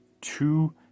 two